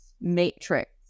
matrix